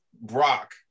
Brock